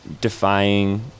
defying